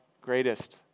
greatest